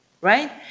right